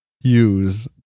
use